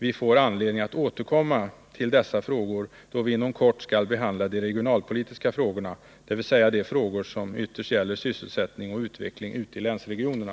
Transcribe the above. Vi får anledning att återkomma i dessa frågor då vi inom kort skall behandla de regionalpolitiska frågorna, dvs. de frågor som ytterst gäller sysselsättning och utveckling ute i länsregionerna.